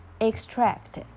extract